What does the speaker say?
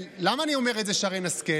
ולמה אני אומר את זה, שרן השכל?